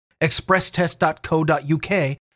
ExpressTest.co.uk